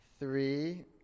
Three